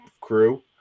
crew